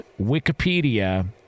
Wikipedia